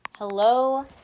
Hello